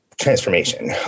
transformation